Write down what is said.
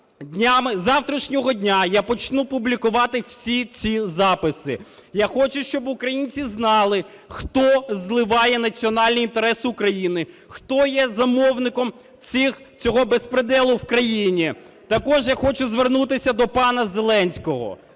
із завтрашнього дня я почну публікувати всі ці записи. Я хочу, щоб українці знали, хто зливає національні інтереси України, хто є замовником цього беспредєлу в країні. Також я хочу звернутися до пана Зеленського.